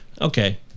okay